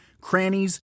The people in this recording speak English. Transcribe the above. crannies